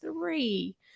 three